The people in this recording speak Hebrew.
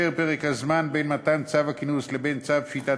כאשר פרק הזמן בין מתן צו הכינוס לבין צו פשיטת